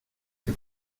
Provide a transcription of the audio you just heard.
que